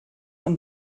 and